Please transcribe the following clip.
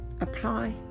apply